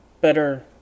better